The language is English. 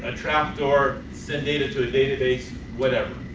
ah trapped door, send data to a database. whatever.